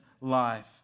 life